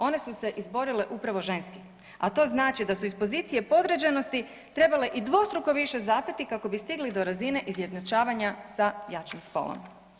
One su se izborile upravo ženski, a to znači da su iz pozicije podređenosti trebale i dvostruko više zapeti kako bi stigle do razine izjednačavanja sa jačim spolom.